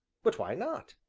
but why not?